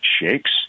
shakes